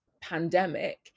pandemic